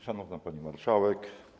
Szanowna Pani Marszałek!